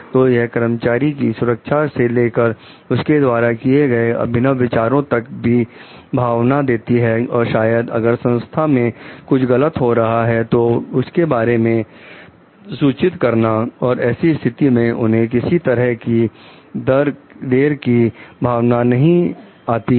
तो यह कर्मचारियों की सुरक्षा से लेकर उनके द्वारा किए गए अभिनव विचारों तक की भावना देती है और शायद अगर संस्था में कुछ गलत हो रहा है तो उसके बारे में सूचित करना एवं ऐसी स्थिति में उन्हें किसी प्रकार की दर की भावना नहीं आती है